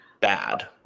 Bad